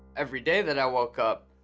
every day that i woke up,